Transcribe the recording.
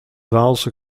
waalse